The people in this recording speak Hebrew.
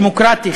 דמוקרטי,